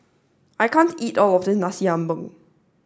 I can't eat all of this Nasi Ambeng